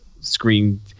screen